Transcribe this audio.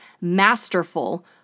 masterful